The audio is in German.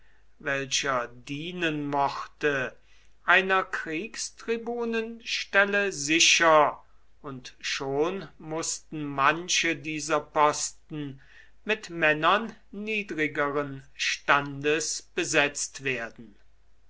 welcher dienen mochte einer kriegstribunenstelle sicher und schon mußten manche dieser posten mit männern niedrigeren standes besetzt werden